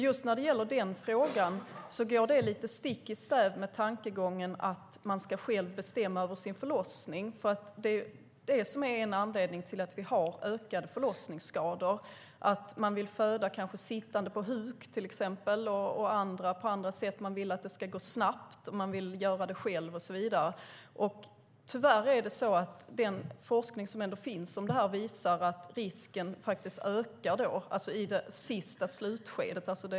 Just den frågan går lite stick i stäv med tankegången att man själv ska bestämma över sin förlossning. En anledning till mängden ökade förlossningsskador kan vara att man vill föda sittande på huk eller på andra sätt, att man vill att det ska gå snabbt eller föda själv, och så vidare. Tyvärr visar forskningen att risken ökar. Det gäller i det sista slutskedet.